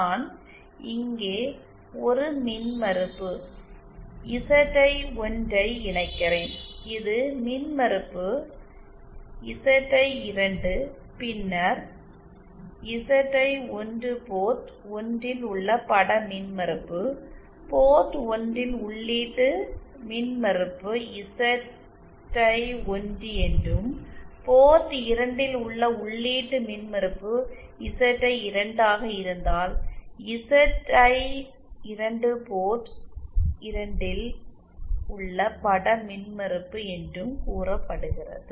நான் இங்கே ஒரு மின்மறுப்பு ZI1 ஐ இணைக்கிறேன் இது மின்மறுப்பு ZI2 பின்னர் ZI1 போர்ட் 1 இல் உள்ள பட மின்மறுப்பு போர்ட் 1 இல் உள்ளீட்டு மின்மறுப்பு ZI1 என்றும் போர்ட் 2 ல் உள்ள உள்ளீட்டு மின் மறுப்பு Z12 ஆக இருந்தால் ZI2 போர்ட் 2 இல் உள்ள பட மின்மறுப்பு என்றும் கூறப்படுகிறது